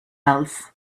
else